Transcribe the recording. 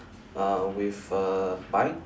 um with a bike